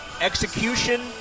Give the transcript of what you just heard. Execution